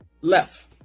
left